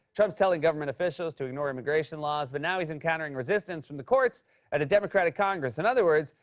trump's telling government officials to ignore immigration laws, but now he's encountering resistance from the courts and a democratic congress. in other words,